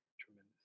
tremendous